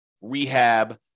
rehab